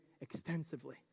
extensively